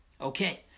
Okay